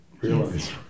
realize